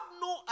no